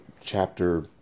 chapter